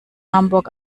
hamburg